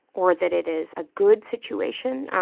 or that it is a good situation.